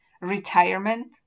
Retirement